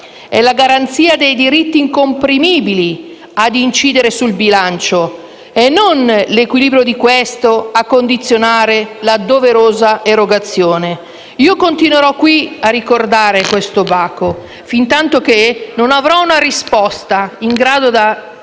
«È la garanzia dei diritti incomprimibili a incidere sul bilancio, e non l'equilibrio di questo a condizionare la doverosa erogazione». Continuerò in questa sede a ricordare questo baco fintantoché non avrò una risposta in grado di